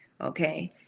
Okay